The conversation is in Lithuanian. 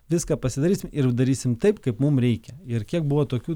viską pasidarysim ir darysim taip kaip mum reikia ir kiek buvo tokių